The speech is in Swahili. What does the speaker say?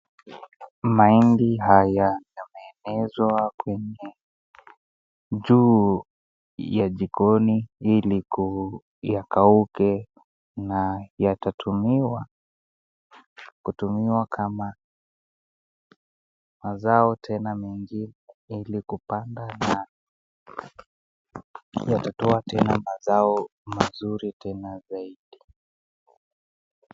Mahindi haya yameenezwa kwenye njuu ya jikoni ili ku yakauke na yatatumiwa kutumiwa kama mazao tena mengine ili kupandana na yatatoa tena mazao mazuri tena zaidi.